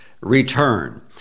return